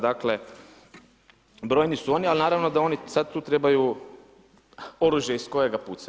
Dakle, brojni su oni ali naravno da oni sad tu trebaju oružje iz kojega pucaju.